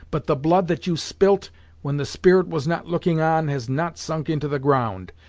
but the blood that you spilt when the spirit was not looking on, has not sunk into the ground.